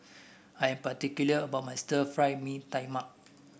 I am particular about my Stir Fry Mee Tai Mak